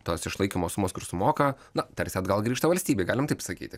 tos išlaikymo sumos kur sumoka na tarsi atgal grįžta valstybei galim taip sakyti